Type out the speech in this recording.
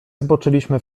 zboczyliśmy